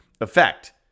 effect